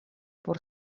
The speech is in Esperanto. por